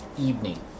evening